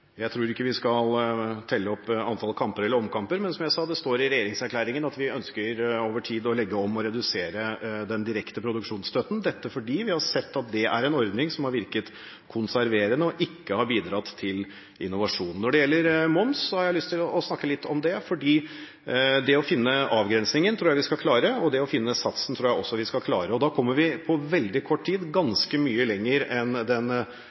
Jeg tror ikke vi skal telle opp antall kamper eller omkamper, men som jeg sa, det står i regjeringserklæringen at vi ønsker over tid å legge om og redusere den direkte produksjonsstøtten – dette fordi vi har sett at det er en ordning som har virket konserverende og ikke har bidratt til innovasjon. Når det gjelder moms, har jeg lyst til å snakke litt om det, for det å finne avgrensingen tror jeg vi skal klare, å finne satsen tror jeg også vi skal klare. Da kommer vi på veldig kort tid ganske mye lenger enn det den